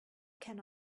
can